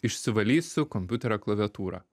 išsivalysiu kompiuterio klaviatūrą